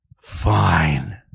Fine